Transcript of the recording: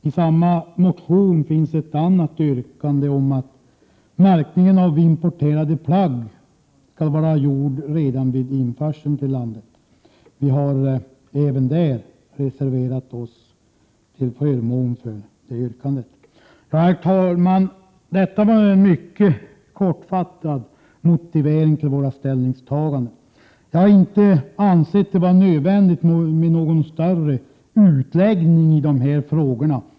I samma motion yrkas att märkningen av importerade plagg skall vara gjord redan vid införseln i landet. Vi har reserverat oss till förmån också för det yrkandet. Herr talman! Dessa mina motiveringar till våra ställningstaganden var mycket kortfattade. Jag har inte ansett det nödvändigt att göra någon längre utläggning i dessa frågor.